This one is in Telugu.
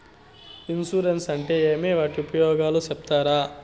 ఇన్సూరెన్సు అంటే ఏమి? వాటి ఉపయోగాలు సెప్తారా?